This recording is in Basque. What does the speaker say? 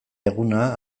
eguna